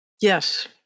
Yes